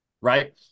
right